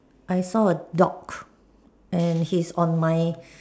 I saw a dog and he's on my